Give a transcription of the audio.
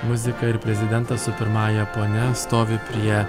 muzika ir prezidentas su pirmąja ponia stovi prie